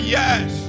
yes